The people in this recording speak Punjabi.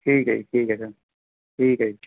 ਠੀਕ ਹੈ ਜੀ ਠੀਕ ਹੈ ਸਰ ਠੀਕ ਹੈ ਜੀ